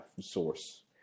source